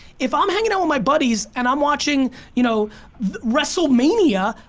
if i'm hanging out with my buddies and i'm watching you know wrestlemania,